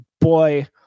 boy